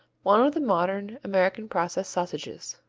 one of the modern american process sausages.